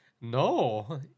No